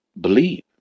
Believe